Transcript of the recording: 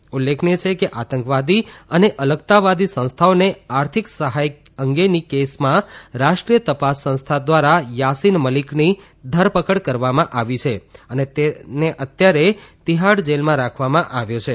આવે છે ઉલ્લેખનીય છે કેઆતંકવાદી અને અલગતાવાદી સંસ્થાઓને આર્થિક સહાય અંગેની કેસમાં રાષ્ટ્રીય તપાસ સંસ્થા દ્વારા યાસીન મલિકની ધરપકડ કરવામાં આવી છે અને તેને અત્યારે તિહાડ જેલમાં રાખવામાં આવ્યો છે